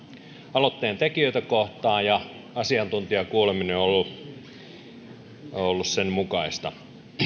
aloitteen tekijöitä kohtaan ja asiantuntijakuuleminen on ollut sen mukaista